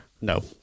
No